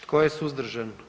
Tko je suzdržan?